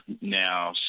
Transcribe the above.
now